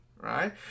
right